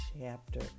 chapter